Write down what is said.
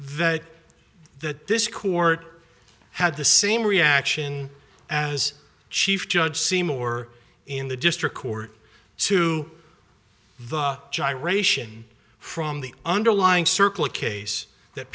that that this court had the same reaction as chief judge seymour in the district court to the gyration from the underlying circle a case that